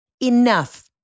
Enough